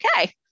okay